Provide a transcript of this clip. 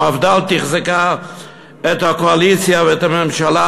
המפד"ל תחזקה את הקואליציה ואת הממשלה,